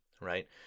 right